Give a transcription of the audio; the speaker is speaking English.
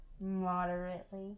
Moderately